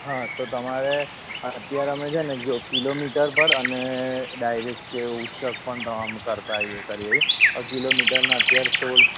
હા તો તમારે અત્યારે અમે છે ને જો કિલોમીટર પર અને ડાયરેક્ટ કે ઉચ્ચક પણ કરતા હોઈએ કરીએ છે કિલોમીટરના અત્યારે સોળ